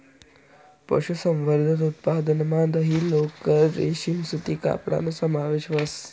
पशुसंवर्धन उत्पादनमा दही, लोकर, रेशीम सूती कपडाना समावेश व्हस